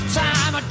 time